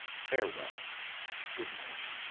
farewell good night.